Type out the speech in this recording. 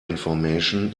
information